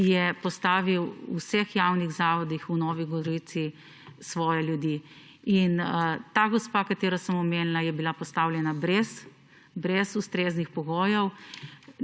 je postavil v vseh javnih zavodih v Novi Gorici svoje ljudi. Ta gospa, ki sem jo omenila, je bila postavljena brez ustreznih pogojev,